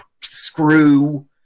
screw